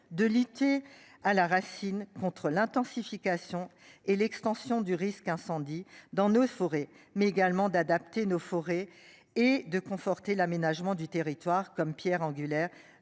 de l'IT à la racine contre l'intensification et l'extension du risque incendie dans nos forêts mais également d'adapter nos forêts et de conforter l'aménagement du territoire comme Pierre angulaire